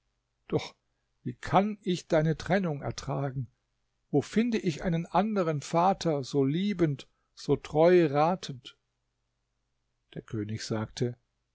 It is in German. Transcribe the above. doch wie kann ich deine trennung ertragen wo finde ich einen anderen vater so liebend so treu ratend der könig sagte